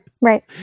right